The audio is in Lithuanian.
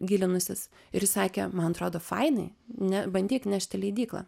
gilinusis ir ji sakė man atrodo fainai ne bandyk nešt į leidyklą